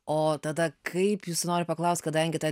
o tada kaip jūs noriu paklaust kadangi tą